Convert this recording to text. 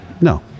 No